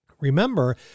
Remember